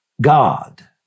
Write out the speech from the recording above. God